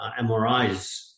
MRIs